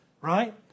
Right